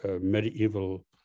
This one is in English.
medieval